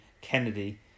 Kennedy